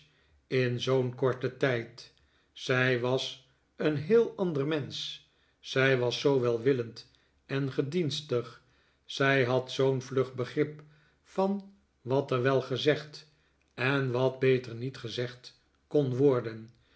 in zoo'n korten tijd zij was een heel ander mensch zij was zoo welwillend en gedienstig zij had zoo'n vlug begrip van wat er wel gezegd en wat beter niet gezegd kon worden